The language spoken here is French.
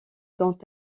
dont